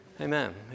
Amen